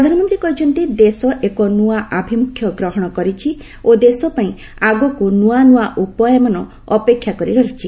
ପ୍ରଧାନମନ୍ତ୍ରୀ କହିଛନ୍ତି ଦେଶ ଏକ ନୂଆ ଆଭିମୁଖ୍ୟ ଗ୍ରହଣ କରିଛି ଓ ଦେଶପାଇଁ ଆଗକୁ ନୂଆ ନୂଆ ଉପାୟମାନ ଅପେକ୍ଷା କରି ରହିଛି